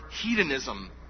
hedonism